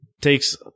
takes